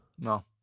No